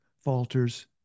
falters